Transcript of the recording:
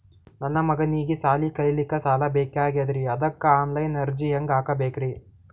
ನನ್ನ ಮಗನಿಗಿ ಸಾಲಿ ಕಲಿಲಕ್ಕ ಸಾಲ ಬೇಕಾಗ್ಯದ್ರಿ ಅದಕ್ಕ ಆನ್ ಲೈನ್ ಅರ್ಜಿ ಹೆಂಗ ಹಾಕಬೇಕ್ರಿ?